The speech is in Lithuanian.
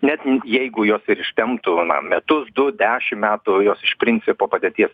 net jeigu jos ir ištemptų na metus du dešim metų jos iš principo padėties